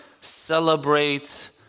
celebrate